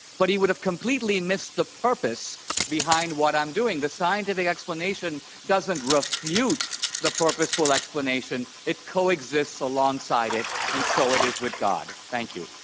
but he would've completely missed the purpose behind what i'm doing. thescientific explanation doesn't refute the purposeful explanation, it coexists alongside it, and so it is with god. thank you.